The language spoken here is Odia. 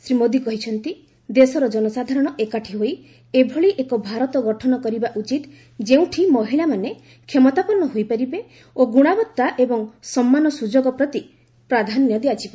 ଶ୍ରୀ ମୋଦି କହିଛନ୍ତି ଦେଶର ଜନସାଧାରଣ ଏକାଠି ହୋଇ ଏଭଳି ଏକ ଭାରତ ଗଠନ କରିବା ଉଚିତ ଯେଉଁଠି ମହିଳାମାନେ କ୍ଷମତାପନ୍ନ ହୋଇପାରିବେ ଓ ଗୁଣବତ୍ତା ଏବଂ ସମାନ ସୁଯୋଗ ପ୍ରତି ପ୍ରାଧାନ୍ୟ ଦିଆଯିବ